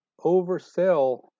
oversell